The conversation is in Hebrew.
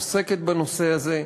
עוסקת בנושא הזה.